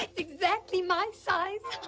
exactly my size!